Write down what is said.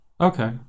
Okay